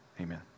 Amen